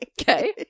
Okay